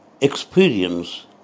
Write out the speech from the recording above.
experience